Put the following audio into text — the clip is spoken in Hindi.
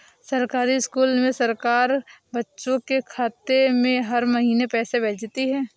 सरकारी स्कूल में सरकार बच्चों के खाते में हर महीने पैसे भेजती है